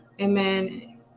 Amen